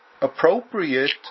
appropriate